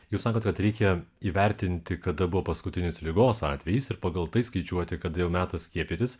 jūs sakote kad reikia įvertinti kada buvo paskutinis ligos atvejis ir pagal tai skaičiuoti kad jau metas skiepytis